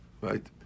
Right